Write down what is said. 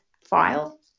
file